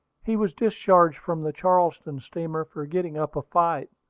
he was discharged from the charleston steamer for getting up a fight,